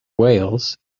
whales